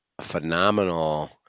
phenomenal